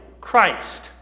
Christ